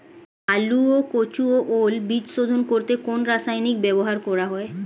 আলু ও কচু ও ওল বীজ শোধন করতে কোন রাসায়নিক ব্যবহার করা হয়?